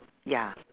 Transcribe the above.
ya